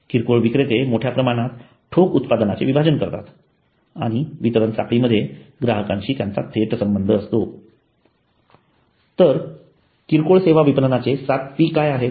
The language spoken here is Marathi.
किरकोळ विक्रेते मोठ्या प्रमाणात ठोक उत्पादनाचे विभाजन करतात आणि वितरण साखळीमध्ये ग्राहकांशी त्यांचा थेट संबंध असतो तर किरकोळ सेवा विपणनाचे सात Ps काय आहेत